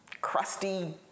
crusty